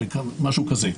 משהו כזה.